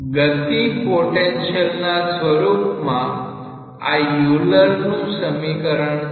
ગતિ પોટેન્શિયલ ના સ્વરૂપ માં આ યુલરનું સમીકરણ છે